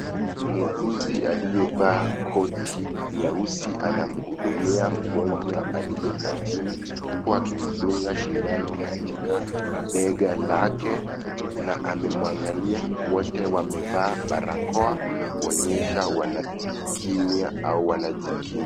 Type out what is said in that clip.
Muuguzi aliyevaa koti nyeusi anamhudumia mgonjwa aliyekaa chini. Huku akimdunga shindano katika mbega lake, na amemwangalia wote wamevaa barakoa kuonyesha wanakimya au wanajikinga.